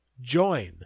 join